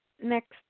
next